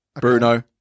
Bruno